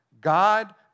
God